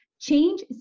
change